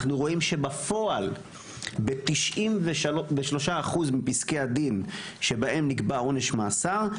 אנחנו רואים שבפועל בשלושה אחוז מפסקי הדין שבהם נקבע עונש מאסר,